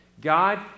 God